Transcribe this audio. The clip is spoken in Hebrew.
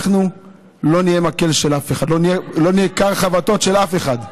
אנחנו לא נהיה כר חבטות של אף אחד.